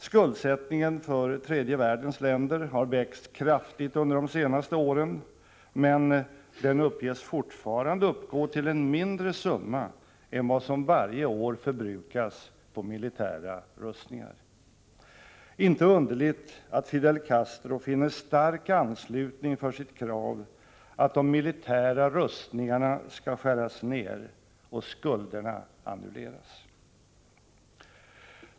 Skuldsättningen för tredje världens länder har växt kraftigt under de senaste åren, men den uppges fortfarande uppgå till en mindre summa än vad som varje år förbrukas på militära rustningar. Det är inte underligt att Fidel Castro finner stark anslutning för sitt krav att de militära rustningarna skall skäras ned och skulderna annulleras.